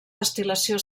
destil·lació